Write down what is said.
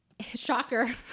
Shocker